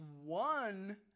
one